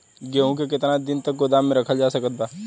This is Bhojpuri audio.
गेहूँ के केतना दिन तक गोदाम मे रखल जा सकत बा?